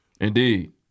Indeed